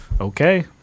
Okay